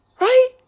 Right